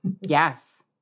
Yes